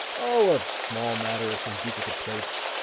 oh, a small matter of some duplicate plates,